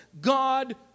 God